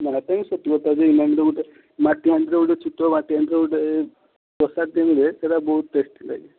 ଇମାମିରେ ଗୋଟେ ମାଟିହାଣ୍ଡିର ଗୋଟେ ଛୋଟିଆ ମାଟିହାଣ୍ଡିର ଗୋଟେ ଏଇ ପ୍ରସାଦଟେ ମିଳେ ସେଟା ବହୁତ ଟେଷ୍ଟି ଲାଗେ